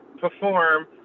perform